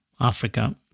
Africa